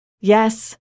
Yes